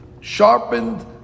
sharpened